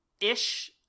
ish